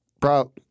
Bro